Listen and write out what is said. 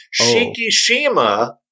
Shikishima